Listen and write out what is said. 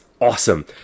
awesome